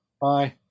Bye